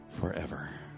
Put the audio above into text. forever